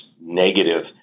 negative